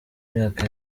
myaka